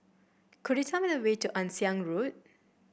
could you tell me the way to Ann Siang Road